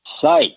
sight